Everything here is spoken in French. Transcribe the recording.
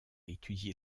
étudié